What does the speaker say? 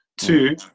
Two